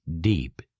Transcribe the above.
deep